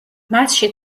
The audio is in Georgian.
მასში